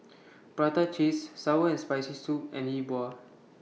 Prata Cheese Sour and Spicy Soup and Yi Bua